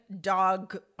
dog